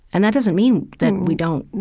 and that doesn't mean that we don't,